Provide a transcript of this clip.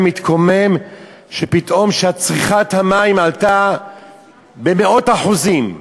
מתקומם שפתאום צריכת המים התייקרה במאות אחוזים.